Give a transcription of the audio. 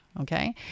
Okay